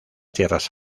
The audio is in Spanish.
tierras